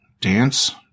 dance